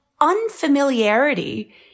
unfamiliarity